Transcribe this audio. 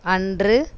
அன்று